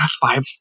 Five